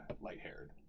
light-haired